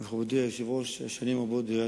אני מבין גם חלק מראשי ערים שמשתדלים